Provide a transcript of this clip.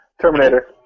Terminator